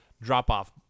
drop-off